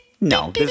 no